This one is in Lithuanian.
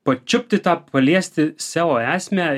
pačiupti tą paliesti seo esmę